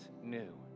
new